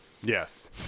Yes